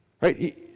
Right